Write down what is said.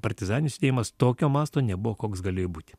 partizaninis judėjimas tokio masto nebuvo koks galėjo būti